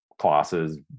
classes